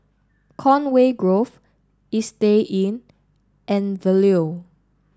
Conway Grove Istay Inn and The Leo